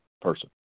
person